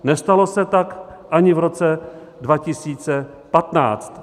Nestalo se tak ani v roce 2015.